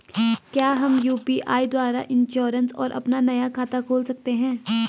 क्या हम यु.पी.आई द्वारा इन्श्योरेंस और अपना नया खाता खोल सकते हैं?